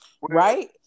Right